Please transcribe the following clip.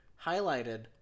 highlighted